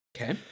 Okay